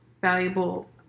valuable